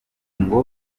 ngo